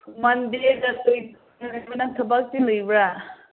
ꯃꯟꯗꯦꯗ ꯅꯪ ꯊꯕꯛꯇꯤ ꯂꯩꯕ꯭ꯔ